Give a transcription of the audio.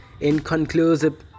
inconclusive